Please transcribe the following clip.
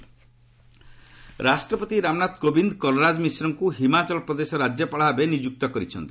ପ୍ରେଜ୍ ଗଭର୍ଣ୍ଣର ରାଷ୍ଟ୍ରପତି ରାମନାଥ କୋବିନ୍ଦ କଲରାଜ ମିଶ୍ରଙ୍କୁ ହିମାଚଳ ପ୍ରଦେଶର ରାଜ୍ୟପାଳ ଭାବେ ନିଯୁକ୍ତ କରିଛନ୍ତି